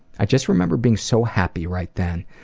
i just remember being so happy right then,